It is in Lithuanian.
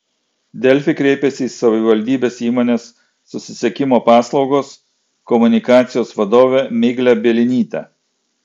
delfi kreipėsi į savivaldybės įmonės susisiekimo paslaugos komunikacijos vadovę miglę bielinytę